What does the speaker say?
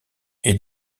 est